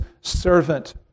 servant